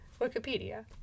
wikipedia